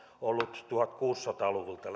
ollut tuhatkuusisataa luvulta